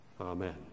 Amen